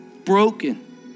Broken